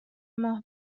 ماه